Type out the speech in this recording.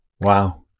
Wow